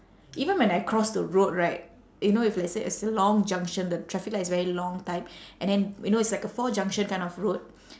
even when I cross the road right you know if let's say it's a long junction the traffic light is very long type and then you know it's like a four junction kind of road